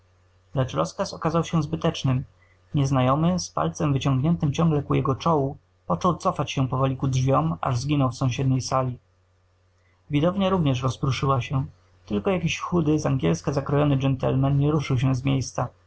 rozkaz okazał się zbytecznym nieznajomy z palcem wyciągniętym ciągle ku jego czołu począł cofać się powoli ku drzwiom aż zginął w sąsiedniej sali widownia również rozprószyła się tylko jakiś chudy z angielska zakrojony gentleman nie ruszył się z miejsca